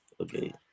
okay